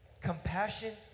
Compassion